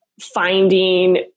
finding